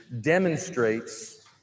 demonstrates